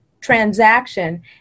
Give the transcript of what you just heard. transaction